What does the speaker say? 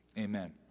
amen